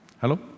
Hello